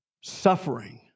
suffering